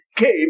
came